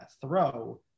throw